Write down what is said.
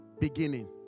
beginning